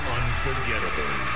unforgettable